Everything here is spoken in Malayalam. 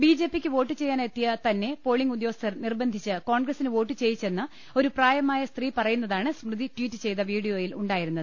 ബിജെപിക്ക് വോട്ട് ചെയ്യാനെത്തിയ തന്നെ പോളിങ് ഉദ്യോ ഗസ്ഥർ നിർബന്ധിച്ച് കോൺഗ്രസിന് വോട്ട് ചെയ്യിച്ചെന്ന് ഒരു പ്രായമായ സ്ത്രീ പറയുന്നതാണ് സ്മൃതി ട്വീറ്റ് ചെയ്ത വീഡി യോയിൽ ഉണ്ടായിരുന്നത്